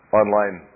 online